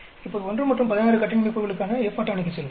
இப்போது 1 மற்றும் 16 கட்டின்மை கூறுகளுக்கான F அட்டவணைக்கு செல்வோம்